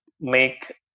make